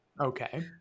Okay